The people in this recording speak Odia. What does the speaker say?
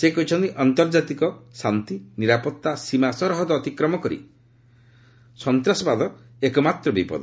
ସେ କହିଛନ୍ତି ଆନ୍ତର୍ଜାତିକ ଶାନ୍ତି ନିରାପତ୍ତା ଓ ସୀମାସରହଦ ଅତିକ୍ରମ କରି ସନ୍ତାସବାଦ ଏକମାତ୍ର ବିପଦ